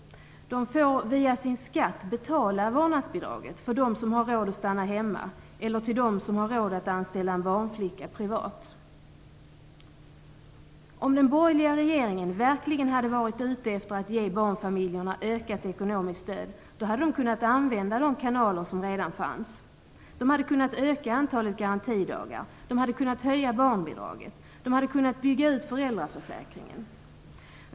De får via sina skatt betala vårdnadsbidraget för dem som har råd att stanna hemma eller till dem som har råd att anställa en barnflicka privat. Om den borgerliga regeringen verkligen hade varit ute efter att ge barnfamiljerna ökat ekonomiskt stöd, hade de kunnat använda de kanaler som redan fanns. De hade kunnat öka antalet garantidagar. De hade kunnat höja barnbidragen. De hade kunnat bygga ut föräldraförsäkringen.